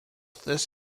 this